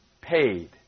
Paid